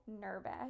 nervous